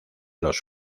los